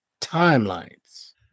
timelines